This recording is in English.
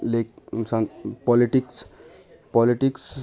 politics politics